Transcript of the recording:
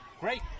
Great